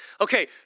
Okay